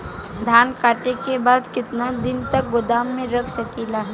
धान कांटेके बाद कितना दिन तक गोदाम में रख सकीला?